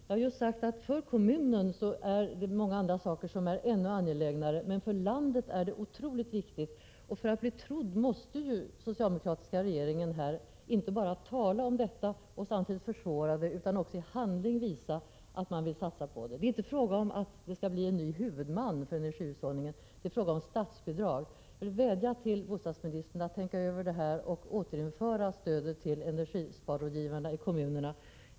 Jag har just sagt att för kommunerna är många andra saker ännu viktigare, men för landet är energisparandet otroligt viktigt. För att bli trodd måste den socialdemokratiska regeringen inte bara tala om detta och samtidigt försvåra det utan också i handling visa att den vill satsa på det. Det är inte fråga om att det skall bli en ny huvudman för energihushållningen. Det är fråga om statsbidrag. Jag vädjar till bostadsministern att tänka över saken och återinföra stödet till energisparrådgivarna i kommunerna.